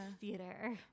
theater